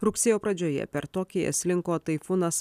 rugsėjo pradžioje per tokiją slinko taifūnas